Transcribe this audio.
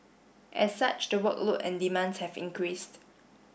as such the workload and demands have increased